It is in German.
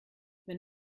wenn